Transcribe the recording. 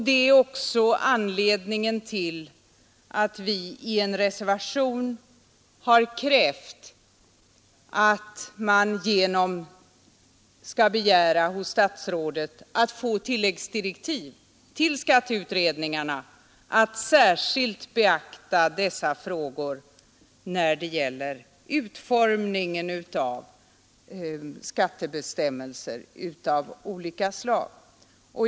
Det är också anledningen till att vi i en reservation har krävt att man skall begära hos statsrådet att få tilläggsdirektiv till skatteutredningarna om att särskilt beakta dessa frågor när det gäller utformningen av skattebestämmelser av olika slag.